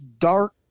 dark